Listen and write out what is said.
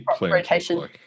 rotation